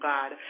God